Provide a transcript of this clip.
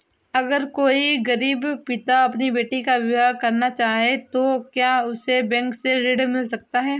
अगर कोई गरीब पिता अपनी बेटी का विवाह करना चाहे तो क्या उसे बैंक से ऋण मिल सकता है?